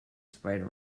spider